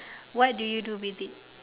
what do you do with it